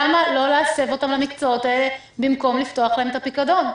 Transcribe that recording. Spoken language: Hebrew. למה לא להסב אותם למקצועות האלה במקום לפתוח להם את הפיקדון?